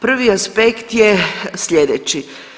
Prvi aspekt je sljedeći.